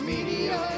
Media